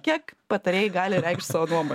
kiek patarėjai gali reikšt savo nuomonę